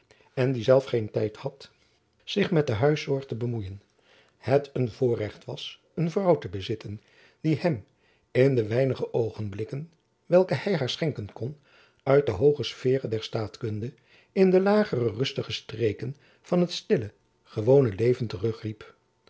en die zelf geen tijd had zich met de huiszorg te bemoeien het een voorrecht was een vrouw te bezitten die hem in de weinige oogenblikken welke hy haar schenken jacob van lennep elizabeth musch kon uit de hooge sferen der staatkunde in de lagere rustige streken van het stille gewone leven